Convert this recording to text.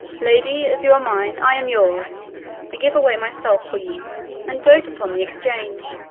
lady, as you are mine, i am yours i give away myself for you and dote upon the exchange.